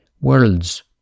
worlds